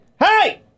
hey